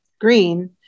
green